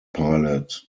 pilot